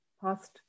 past